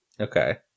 Okay